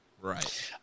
Right